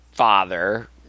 father